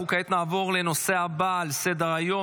כעת נעבור לנושא הבא על סדר-היום,